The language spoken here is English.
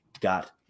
got